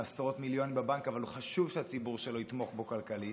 עם עשרות מיליונים בבנק אבל חשוב שהציבור שלו יתמוך בו כלכלית,